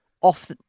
off